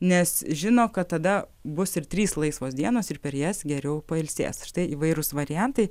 nes žino kad tada bus ir trys laisvos dienos ir per jas geriau pailsės štai įvairūs variantai